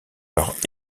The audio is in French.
leur